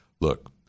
Look